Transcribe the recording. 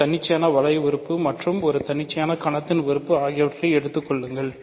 ஒரு தன்னிச்சையான வளைய உறுப்பு மற்றும் ஒரு தன்னிச்சையான கணத்தின் உறுப்பு ஆகியவற்றை எடுத்துக் கொள்ளுங்கள்